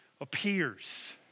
appears